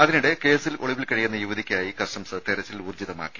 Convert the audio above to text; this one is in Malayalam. അതിനിടെ കേസിൽ ഒളിവിൽ കഴിയുന്ന യുവതിക്കായി കസ്റ്റംസ് തെരച്ചിൽ ഊർജ്ജിതമാക്കി